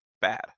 bad